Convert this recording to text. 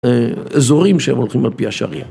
אזורים שהם הולכים על פי השארים.